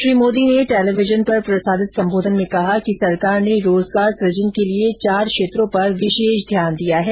श्री मोदी ने टेलीविजन पर प्रसारित सम्बोधन में कहा कि सरकार ने रोजगार सुजन के लिए चार क्षेत्रों पर विशेष ध्यान दिया है